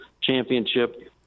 championship